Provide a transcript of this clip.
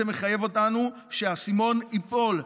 זה מחייב אותנו שהאסימון ייפול.